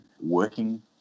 working